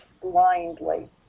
blindly